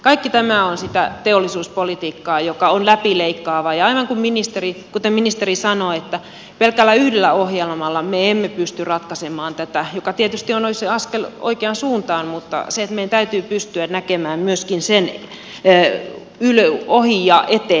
kaikki tämä on sitä teollisuuspolitiikkaa joka on läpileikkaavaa ja aivan kuten ministeri sanoi pelkällä yhdellä ohjelmalla me emme pysty ratkaisemaan tätä mikä tietysti olisi askel oikeaan suuntaan mutta meidän täytyy pystyä näkemään myöskin sen ohi ja eteenpäin